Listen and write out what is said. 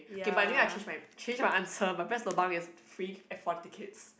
okay but anyway I change my change my answer my best lobang is free F-one tickets